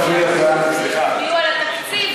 תודה רבה.